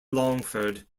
longford